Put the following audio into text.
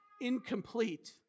incomplete